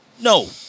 No